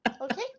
Okay